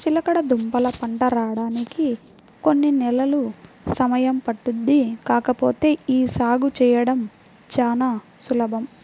చిలకడదుంపల పంట రాడానికి కొన్ని నెలలు సమయం పట్టుద్ది కాకపోతే యీ సాగు చేయడం చానా సులభం